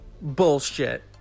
Bullshit